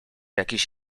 jakiś